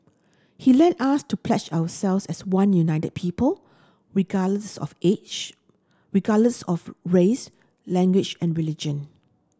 he led us to pledge ourselves as one united people regardless of age regardless of race language and religion